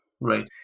Right